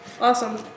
Awesome